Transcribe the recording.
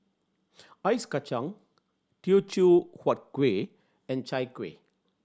Ice Kachang Teochew Huat Kueh and Chai Kuih